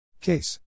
Case